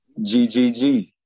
GGG